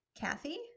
Kathy